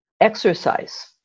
exercise